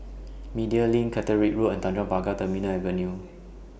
Media LINK Caterick Road and Tanjong Pagar Terminal Avenue